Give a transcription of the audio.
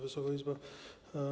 Wysoka Izbo!